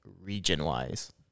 region-wise